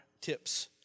tips